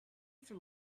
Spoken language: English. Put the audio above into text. for